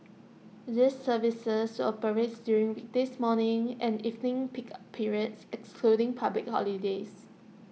these services operates during weekdays morning and evening peak periods excluding public holidays